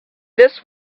this